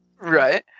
right